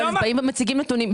אבל באים ומציגים נתונים.